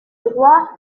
droits